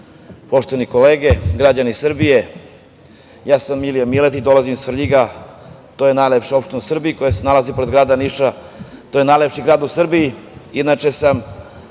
poštovane kolege, građani Srbije, ja sam Milija Miletić i dolazim iz Svrljiga. To je najlepša opština u Srbiji koja se nalazi pored grada Niša, koji je najlepši grad u Srbiji.